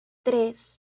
tres